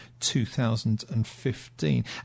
2015